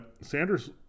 Sanders